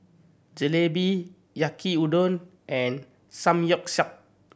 Jalebi Yaki Udon and Samgyeopsal